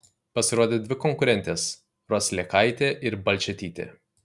pasirodė dvi konkurentės roslekaitė ir balčėtytė